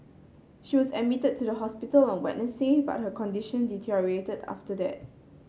she was admitted to the hospital on Wednesday but her condition deteriorated after that